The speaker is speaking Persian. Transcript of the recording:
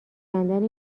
کندن